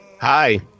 Hi